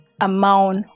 amount